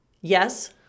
Yes